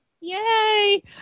yay